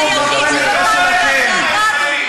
תמשיכו בפניקה שלכם.